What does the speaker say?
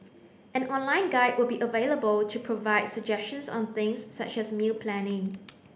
an online guide will be available to provide suggestions on things such as meal planning